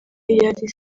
yari